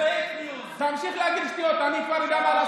אני שמח.